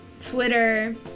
Twitter